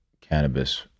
cannabis